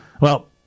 well-